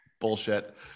bullshit